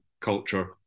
culture